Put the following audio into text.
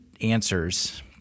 answers